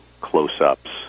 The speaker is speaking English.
close-ups